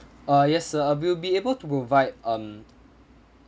uh yes sir we'll be able to provide um